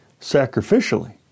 sacrificially